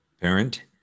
Parent